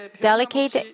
delicate